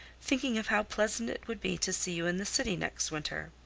thinking of how pleasant it would be to see you in the city next winter.